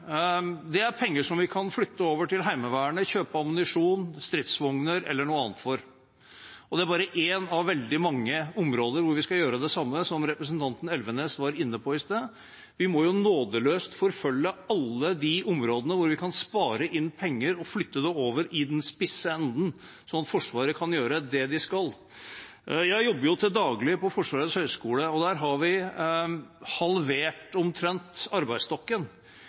er bare ett av veldig mange områder hvor vi skal gjøre det samme som representanten Elvenes var inne på i sted: Vi må nådeløst forfølge alle de områdene hvor vi kan spare inn penger, og flytte det over i den spisse enden, sånn at Forsvaret kan gjøre det de skal. Jeg jobber til daglig på Forsvarets høgskole. Der har vi omtrent halvert arbeidsstokken.